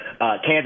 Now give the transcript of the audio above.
Kansas